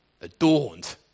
adorned